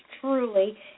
truly